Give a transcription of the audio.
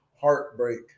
heartbreak